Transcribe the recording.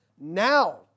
now